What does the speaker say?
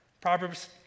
Proverbs